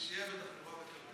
ועדת הכלכלה.